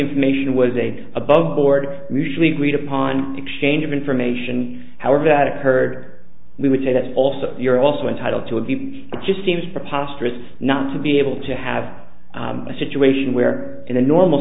information was a bit above board usually we'd upon exchange of information however that occurred we would say that also you're also entitled to a v p it just seems preposterous not to be able to have a situation where in a normal